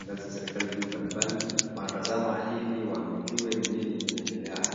ngazi za serikali mbalimbali wanatizama ili wajue ni nini inaendelea hapa.